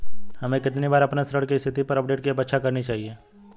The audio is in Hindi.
हमें कितनी बार अपने ऋण की स्थिति पर अपडेट की अपेक्षा करनी चाहिए?